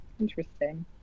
Interesting